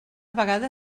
vegada